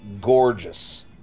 gorgeous